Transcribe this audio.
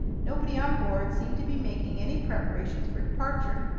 nobody on board seemed to be making any preparations for departure.